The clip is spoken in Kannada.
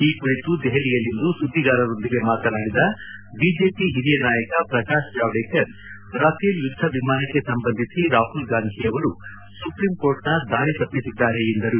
ಈ ಕುರಿತು ದೆಹಲಿಯಲ್ಲಿಂದು ಸುದ್ಗಿಗಾರರ ಜೊತೆ ಮಾತನಾಡಿದ ಬಿಜೆಪಿ ಹಿರಿಯ ನಾಯಕ ಪ್ರಕಾಶ್ ಜಾವ್ಗೇಕರ್ ರಫೆಲ್ ಯುದ್ದ ವಿಮಾನಕ್ಕೆ ಸಂಬಂಧಿಸಿ ರಾಹುಲ್ ಗಾಂಧಿಯವರು ಸುಪ್ರೀಂಕೋರ್ಟ್ನ ದಾರಿ ತಪ್ಪಿಸಿದ್ದಾರೆ ಎಂದರು